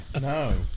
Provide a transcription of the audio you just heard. No